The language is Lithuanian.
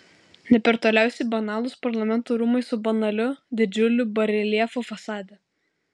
ne per toliausiai banalūs parlamento rūmai su banaliu didžiuliu bareljefu fasade